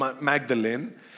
Magdalene